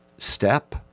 step